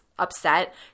upset